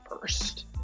first